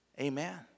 Amen